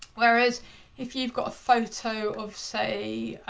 whereas if you've got a photo of say,